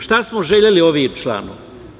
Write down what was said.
Šta smo želeli ovim članom?